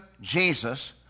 Jesus